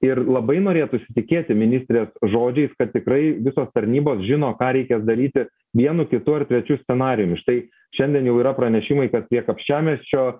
ir labai norėtųsi tikėti ministrės žodžiais kad tikrai visos tarnybos žino ką reikės daryti vienu kitu ar trečiu scenarijumi štai šiandien jau yra pranešimai kad prie kapčiamiesčio